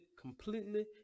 completely